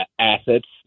assets